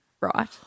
Right